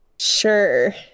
sure